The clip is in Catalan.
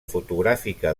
fotogràfica